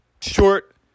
short